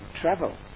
travel